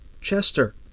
Chester